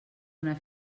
una